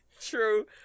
true